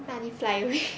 money fly away